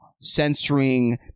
censoring